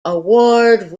award